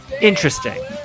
Interesting